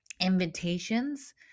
invitations